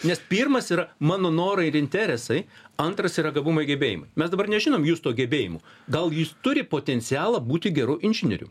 nes pirmas yra mano norai ir interesai antras yra gabumai gebėjimai mes dabar nežinom justo gebėjimų gal jis turi potencialą būti geru inžinieriu